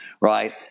right